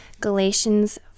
Galatians